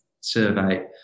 survey